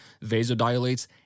vasodilates